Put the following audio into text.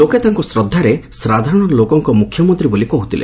ଲୋକେ ତାଙ୍କୁ ଶ୍ରଦ୍ଧାରେ ସାଧାରଣ ଲୋକଙ୍କ ମୁଖ୍ୟମନ୍ତ୍ରୀ ବୋଲି କହୁଥିଲେ